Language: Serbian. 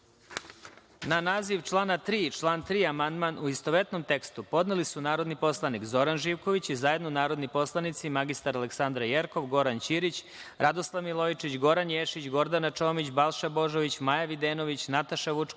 naziv člana 3. i član 3. amandman u istovetnom tekstu podneli su narodni poslanik Zoran Živković i zajedno narodni poslanici mr Aleksandra Jerkov, Goran Ćirić, Radoslav Milojičić, Goran Ješić, Gordana Čomić, Balša Božović, Maja Videnović, Nataša Vučković,